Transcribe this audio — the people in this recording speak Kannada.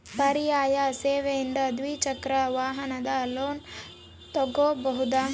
ಪರ್ಯಾಯ ಸೇವೆಯಿಂದ ದ್ವಿಚಕ್ರ ವಾಹನದ ಲೋನ್ ತಗೋಬಹುದಾ?